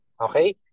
Okay